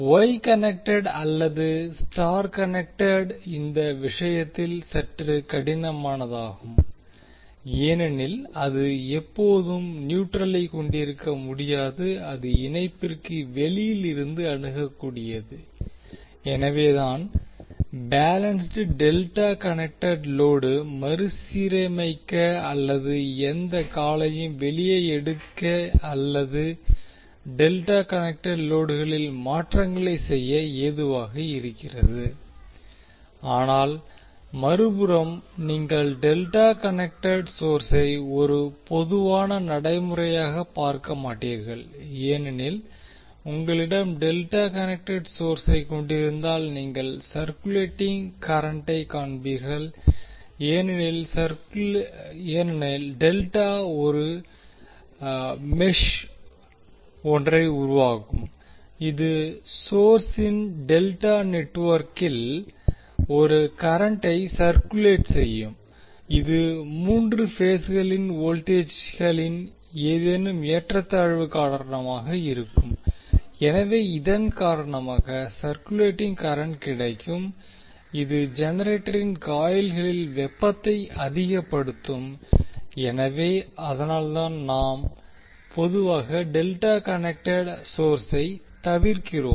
Y connected அல்லது star connected இந்த விஷயத்தில் சற்று கடினமாகும் ஏனென்றால் அது எப்போதும் நியூட்ரலை கொண்டிருக்க முடியாது இது இணைப்பிற்கு வெளியில் இருந்து அணுகக்கூடியது எனவேதான் பேலன்ஸ்ட் டெல்டா கனெக்டெட் லோடு மறுசீரமைக்க அல்லது எந்த காலையும் வெளியே எடுக்க அல்லது டெல்டா கனெக்டெட் லோடுகளில் மாற்றங்களைச் செய்ய ஏதுவாக இருக்கிறது ஆனால் மறுபுறம் நீங்கள் டெல்டா கனெக்டெட் சோர்ஸை ஒரு பொதுவான நடைமுறையாகப் பார்க்க மாட்டீர்கள் ஏனெனில் உங்களிடம் டெல்டா கனெக்டெட் சோர்ஸைக் கொண்டிருந்தால் நீங்கள் சர்குலேடிங் கரண்ட்டை காண்பீர்கள் ஏனெனில் டெல்டா ஒரு டெல்டா மெஷ் ஒன்றை உருவாக்கும் இது சோர்ஸின் டெல்டா நெட்வொர்க்கில் ஒரு கரண்ட்டை சர்குலேட் செய்யும் இது மூன்று பேஸ்களின் வோல்டேஜ்களில் ஏதேனும் ஏற்றத்தாழ்வு காரணமாக இருக்கும் எனவே இதன் காரணமாக சர்குலேடிங் கரண்ட் கிடைக்கும் இது ஜெனரேட்டரின் காயில்களின் வெப்பத்தை அதிகப்படுத்தும் எனவே அதனால்தான் நாம் பொதுவாக டெல்டாவை கனெக்டெட் சோர்ஸை தவிர்க்கிறோம்